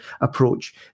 approach